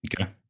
okay